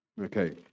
Okay